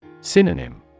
Synonym